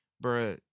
bro